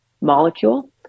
molecule